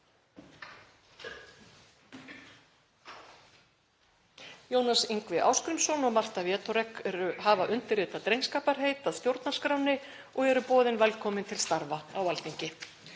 Jónas Yngvi Ásgrímsson og Marta Wieczorek hafa undirritað drengskaparheit að stjórnarskránni og eru boðin velkomin til starfa á Alþingi.